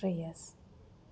Shreyas